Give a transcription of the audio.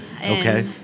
Okay